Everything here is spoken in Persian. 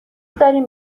داریم